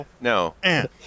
No